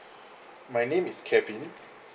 my name is kevin